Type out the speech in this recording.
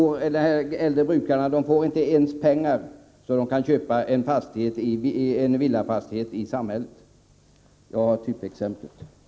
Dessa äldre brukare får inte ens ut så mycket pengar att de kan köpa en villafastighet i samhället i fråga. Det tycker jag är ett typexempel på hur det kan gå.